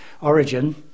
origin